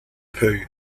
pooh